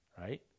right